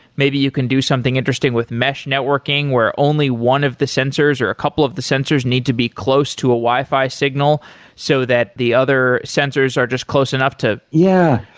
maybe you can do something interesting with mesh networking, where only one of the sensors or a couple of the sensors need to be close to a wi fi signal so that the other sensors are just close enough to yeah.